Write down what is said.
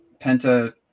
penta